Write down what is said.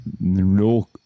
no